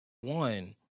One